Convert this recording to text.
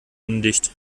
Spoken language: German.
undicht